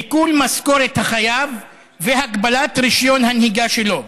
עיקול משכורת החייב והגבלת רישיון הנהיגה שלו.